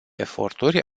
eforturi